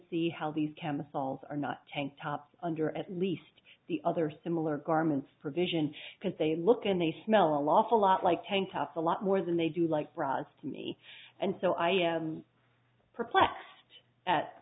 see how these chemicals are not tank top under at least the other similar garments provision because they look and they smell awful lot like tank tops a lot more than they do like rods to me and so i am perplexed at